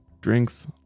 drinks